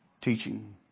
teaching